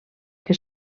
que